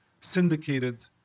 syndicated